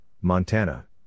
Montana